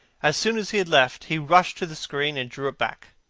as soon as he had left, he rushed to the screen and drew it back.